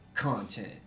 content